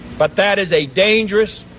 but that is a dangerous,